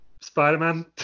Spider-Man